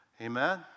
Amen